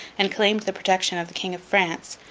and claimed the protection of the king of france,